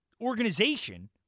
organization